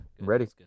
ready